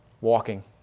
walking